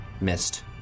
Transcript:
Missed